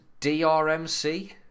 DRMC